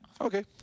Okay